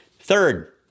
Third